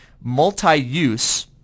multi-use